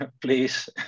please